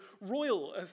royal